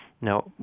no